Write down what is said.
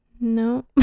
No